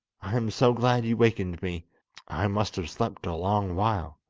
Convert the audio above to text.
i am so glad you wakened me i must have slept a long while